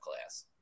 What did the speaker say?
class